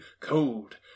cold